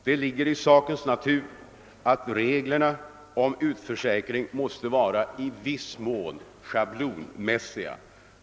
Det ligger i sakens natur att reglerna om utförsäkring måste vara i viss mån schablonmässiga.